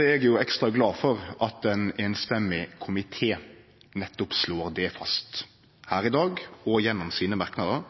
er eg ekstra glad for at ein samrøystes komité slår fast nettopp det i dag, og at han gjennom sine merknader